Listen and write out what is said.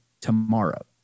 tomorrow